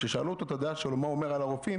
כששאלו אותו את הדעה שלו מה הוא אומר על הרופאים,